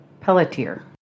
Pelletier